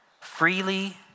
freely